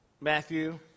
Matthew